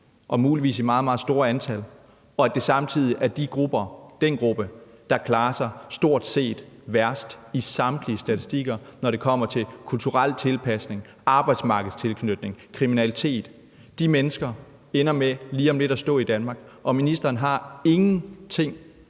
og muligvis i et meget, meget stort antal, og at det samtidig er den gruppe, der klarer sig dårligst i stort set samtlige statistikker, når det kommer til kulturel tilpasning, arbejdsmarkedstilknytning og kriminalitet. De mennesker ender lige om lidt med at stå i Danmark, og ministeren har ingenting,